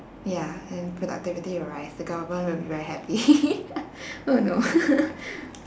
ya and productivity will rise the government will be very happy oh no